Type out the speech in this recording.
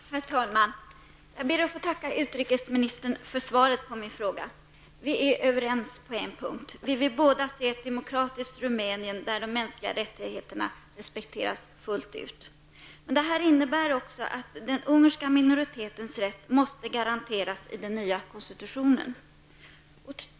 Herr talman! Jag ber att få tacka utrikesministern för svaret på min fråga. Vi är överens på en punkt: vi vill båda se ett demokratiskt Rumänien, där de mänskliga rättigheterna respekteras fullt ut. Detta innebär att den ungerska minoritetens rätt måste garanteras i den nya konstitutionen.